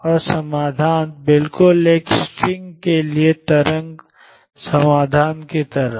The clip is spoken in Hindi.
और समाधान बिल्कुल एक स्ट्रिंग के लिए तरंग समाधान की तरह